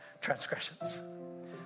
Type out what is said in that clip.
transgressions